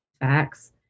facts